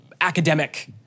academic